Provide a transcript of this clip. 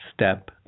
step